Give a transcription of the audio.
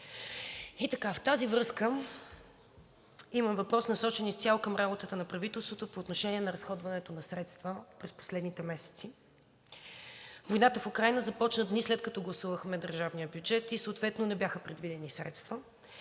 В тази връзка имам въпрос, насочен изцяло към работата на правителството, по отношение на разходването на средства през последните месеци. Войната в Украйна започна дни, след като гласувахме държавния бюджет, и съответно не бяха предвидени средства.